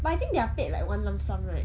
but I think they are paid like one lump sum right